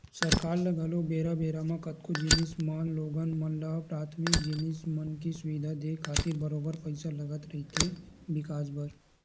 सरकार ल घलो बेरा बेरा म कतको जिनिस म लोगन मन ल पराथमिक जिनिस मन के सुबिधा देय खातिर बरोबर पइसा लगत रहिथे बिकास बर